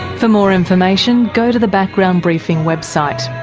for more information, go to the background briefing website.